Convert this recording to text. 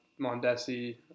Mondesi